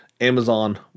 Amazon